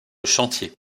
chantier